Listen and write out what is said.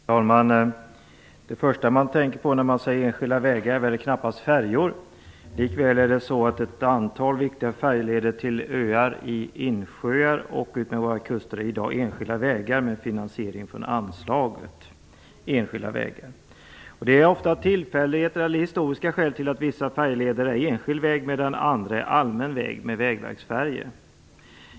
Fru talman! Det första man tänker på när man hör uttrycket enskilda vägar är väl knappast färjor. Likväl är det så att ett antal viktiga färjeleder till öar i insjöar och utmed våra kuster i dag är enskilda vägar med finansiering från anslaget Enskilda vägar. Det är ofta tillfälligheter eller historiska skäl som gör att vissa färjeleder är enskild väg medan andra är allmän väg med vägverksfärjor.